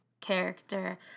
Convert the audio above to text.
character